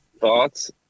Thoughts